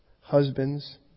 Husbands